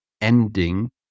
ending